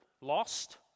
Lost